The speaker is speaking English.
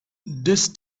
this